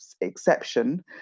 exception